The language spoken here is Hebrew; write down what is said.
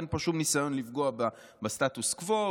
שאין פה שום שניסיון לפגוע בסטטוס קוו,